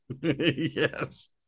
Yes